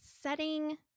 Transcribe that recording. setting